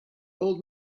old